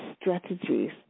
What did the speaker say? strategies